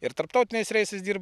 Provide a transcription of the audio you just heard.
ir tarptautiniais reisais dirbu